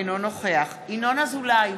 אינו נוכח ינון אזולאי,